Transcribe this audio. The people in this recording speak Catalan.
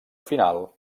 final